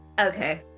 okay